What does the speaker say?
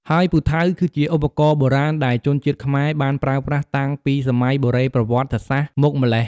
ហើយពូថៅ គឺជាឧបករណ៍បុរាណដែលជនជាតិខ្មែរបានប្រើប្រាស់តាំងពីសម័យបុរេប្រវត្តិសាស្ត្រមកម្ល៉េះ។